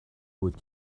بود